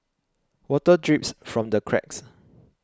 water drips from the cracks